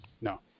No